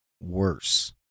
worse